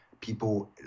people